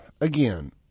again